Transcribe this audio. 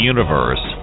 Universe